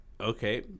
Okay